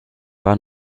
war